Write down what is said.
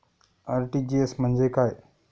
RTGS म्हणजे काय?